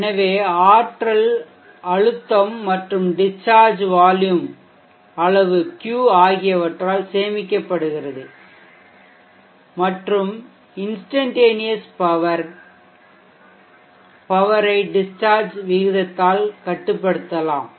எனவே ஆற்றல் அழுத்தம் மற்றும் டிஷ்சார்ஜ் வால்யூம் அளவு Q ஆகியவற்றால் சேமிக்கப்படுகிறது மற்றும் இன்ஷ்டன்டேனியஷ் பவர் ஐ டிஷ்சார்ஜ் விகிதத்தால் கட்டுப்படுத்தலாம்